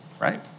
right